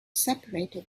separated